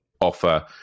offer